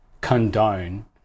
condone